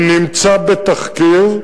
הוא נמצא בתחקיר.